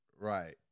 right